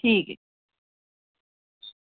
ठीक